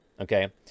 Okay